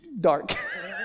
dark